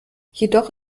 jedoch